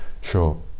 Sure